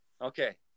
okay